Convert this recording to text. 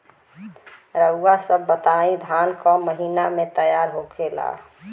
रउआ सभ बताई धान क महीना में तैयार होखेला?